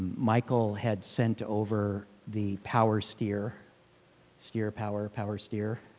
michael had sent over the power sphere sphere power. power sphere.